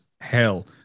hell